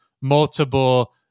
multiple